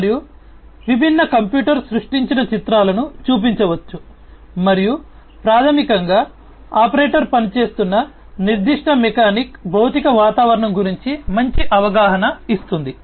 మరియు విభిన్న కంప్యూటర్ సృష్టించిన చిత్రాలను చూపించవచ్చు మరియు ప్రాథమికంగా ఆపరేటర్ పనిచేస్తున్న నిర్దిష్ట మెకానిక్ భౌతిక వాతావరణం గురించి మంచి అవగాహన ఇస్తుంది